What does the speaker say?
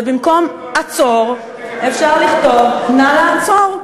ובמקום "עצור" אפשר לכתוב "נא לעצור".